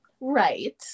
Right